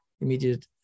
immediate